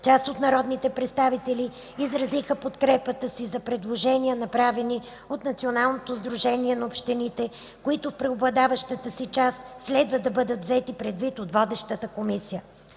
Част от народните представители изразиха подкрепата си за предложенията, направени от Националното сдружение на общините, които в преобладаващата си част следва да бъдат взети предвид от водещата Комисия.